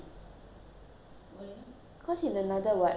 cause in another [what] septemb~ october I start school